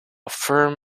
firm